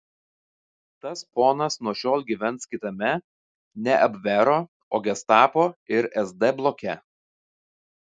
tas ponas nuo šiol gyvens kitame ne abvero o gestapo ir sd bloke